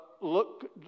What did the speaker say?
look